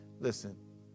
Listen